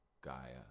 Gaia